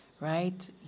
right